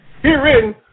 herein